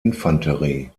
infanterie